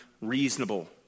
reasonable